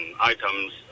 items